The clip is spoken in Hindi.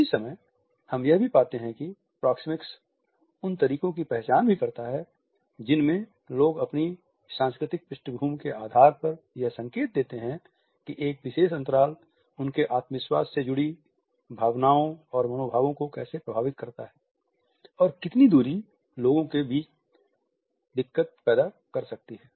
उसी समय हम यह भी पाते हैं कि प्रॉक्सिमिक्स उन तरीकों की पहचान भी करता हैं जिनमें लोग अपनी सांस्कृतिक पृष्ठभूमि के आधार पर यह संकेत देते हैं कि एक विशेष अंतराल उनके आत्मविश्वास से जुड़ी भावनाओं और मनोभावों को कैसे प्रभावित करता है और कितनी दूरी लोगों के लिए दिक़्क़त पैदा कर सकती है